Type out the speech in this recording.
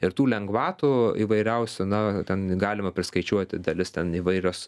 ir tų lengvatų įvairiausių na ten galima priskaičiuoti dalis ten įvairios